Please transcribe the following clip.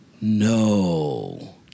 No